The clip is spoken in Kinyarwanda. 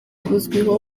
uzwiho